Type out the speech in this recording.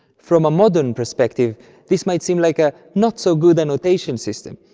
from a modern perspective this might seem like a not so good a notation system,